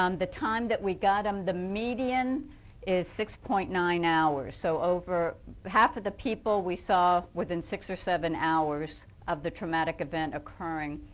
um the time that we got them, the median is six point nine hours so over half the people we saw within six or seven hours of the traumatic event occurring.